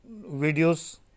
videos